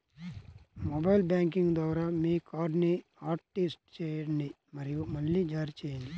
mobile banking ద్వారా మీ కార్డ్ని హాట్లిస్ట్ చేయండి మరియు మళ్లీ జారీ చేయండి